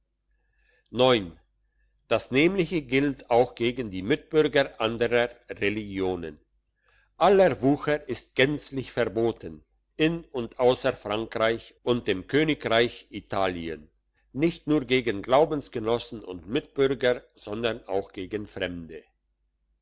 das nämliche gilt auch gegen die mitbürger anderer religionen aller wucher ist gänzlich verboten in und ausser frankreich und dem königreich italien nicht nur gegen glaubensgenossen und mitbürger sondern auch gegen fremde